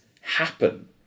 happen